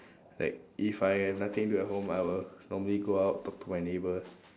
like if I have nothing do at home I will normally go out talk to my neighbours